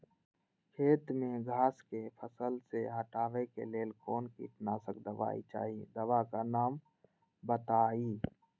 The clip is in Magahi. खेत में घास के फसल से हटावे के लेल कौन किटनाशक दवाई चाहि दवा का नाम बताआई?